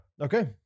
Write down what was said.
Okay